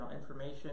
information